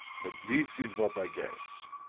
but this is what i guess.